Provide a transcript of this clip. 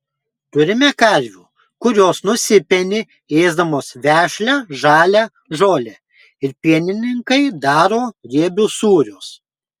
turime karvių kurios nusipeni ėsdamos vešlią žalią žolę ir pienininkai daro riebius sūrius